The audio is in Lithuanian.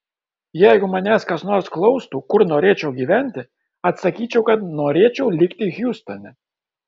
jeigu manęs kas nors klaustų kur norėčiau gyventi atsakyčiau kad norėčiau likti hjustone